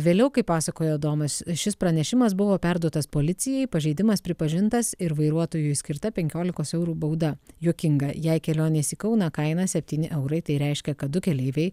vėliau kaip pasakojo adomas šis pranešimas buvo perduotas policijai pažeidimas pripažintas ir vairuotojui skirta penkiolikos eurų bauda juokinga jei kelionės į kauną kaina septyni eurai tai reiškia kad du keleiviai